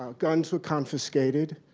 um guns were confiscated.